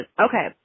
Okay